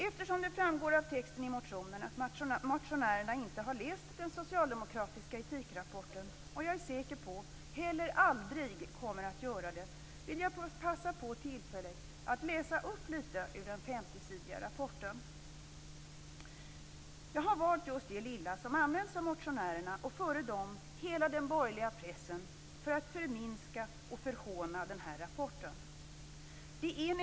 Eftersom det framgår av texten i motionen att motionärerna inte har läst den socialdemokratiska etikrapporten och - det är jag säker på - heller aldrig kommer att göra det, vill jag passa på tillfället att läsa upp litet ur den 50-sidiga rapporten. Jag har valt just det lilla avsnitt som använts av motionärerna och, före dem, av hela den borgerliga pressen för att förminska och förhåna den här rapporten.